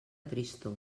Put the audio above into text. tristor